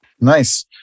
nice